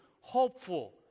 hopeful